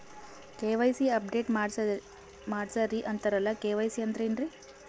KYC update ಮಾಡಸ್ರೀ ಅಂತರಲ್ಲ KYC ಅಂದ್ರ ಏನ್ರೀ?